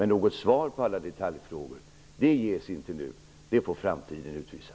Något svar på alla detaljfrågor ges inte nu. De får framtiden utvisa.